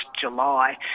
July